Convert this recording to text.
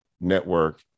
network